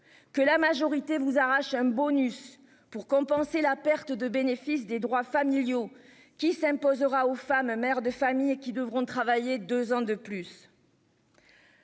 Que la majorité vous arrachent un bonus pour compenser la perte de bénéfices des droits familiaux qui s'imposera aux femmes, mères de famille et qui devront travailler 2 ans de plus.